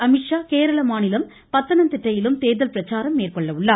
அமீத்ஷா கேரள மாநிலம் பத்தனந்திட்டையிலும் தேர்தல் பிரச்சாரம் மேற்கொள்ள உள்ளார்